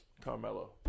Carmelo